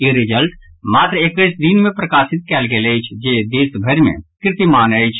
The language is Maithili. ई रिजल्ट मात्र एकैस दिन मे प्रकाशित कयल गेल अछि जे देशभरि मे कीर्तिमान अछि